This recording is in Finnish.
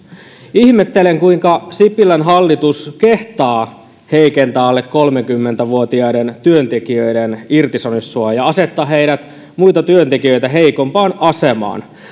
ihmettelen kuinka sipilän hallitus kehtaa heikentää alle kolmekymmentä vuotiaiden työntekijöiden irtisanomissuojaa asettaa heidät muita työntekijöitä heikompaan asemaan